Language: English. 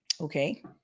okay